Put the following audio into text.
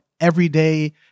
everyday